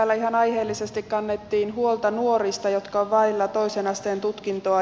täällä ihan aiheellisesti kannettiin huolta nuorista jotka ovat vailla toisen asteen tutkintoa